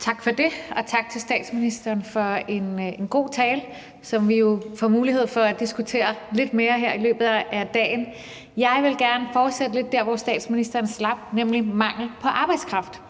Tak for det, og tak til statsministeren for en god tale, som vi jo får mulighed for at diskutere lidt mere her i løbet af dagen. Jeg vil gerne fortsætte lidt der, hvor statsministeren slap, nemlig ved manglen på arbejdskraft.